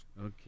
okay